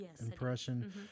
impression